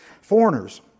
Foreigners